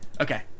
okay